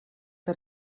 que